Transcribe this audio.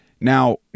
Now